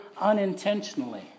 unintentionally